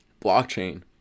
blockchain